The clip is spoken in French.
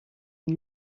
une